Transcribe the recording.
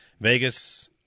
Vegas